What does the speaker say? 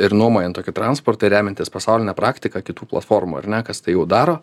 ir nuomojant tokį transportą remiantis pasauline praktika kitų platformų ar na kas tai jau daro